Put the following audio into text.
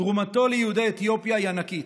תרומתו ליהודי אתיופיה היא ענקית,